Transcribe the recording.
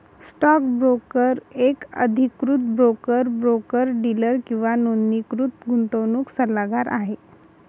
stock broker एक अधिकृत broker, broker dealer किंवा नोंदणीकृत गुंतवणूक सल्लागार आहे